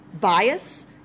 bias